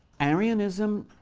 arianism,